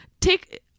take